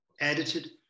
edited